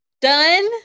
done